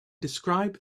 describe